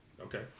Okay